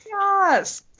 Yes